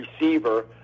receiver –